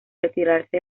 retirarse